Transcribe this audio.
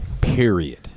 Period